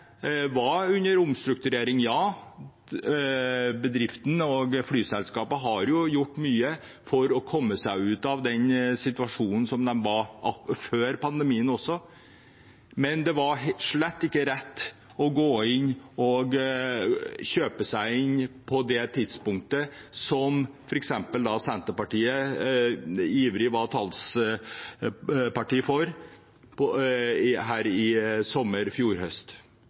har gjort mye for å komme seg ut av den situasjonen de var i før pandemien, også, men det hadde slett ikke vært rett å kjøpe seg inn på det tidspunktet, som f.eks. Senterpartiet var ivrig talsparti for i sommer eller fjor høst.